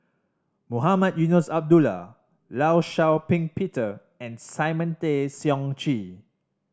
Mohamed Eunos Abdullah Law Shau Ping Peter and Simon Tay Seong Chee